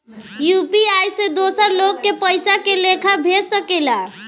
UPI से दोसर लोग के पइसा के लेखा भेज सकेला?